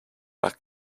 bug